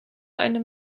eine